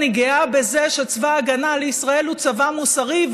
אני גאה בזה שצבא ההגנה לישראל הוא צבא מוסרי,